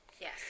Yes